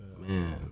man